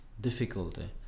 difficulty